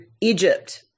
Egypt